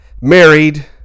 Married